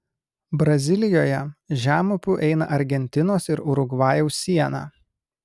brazilijoje žemupiu eina argentinos ir urugvajaus siena